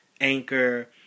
Anchor